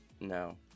no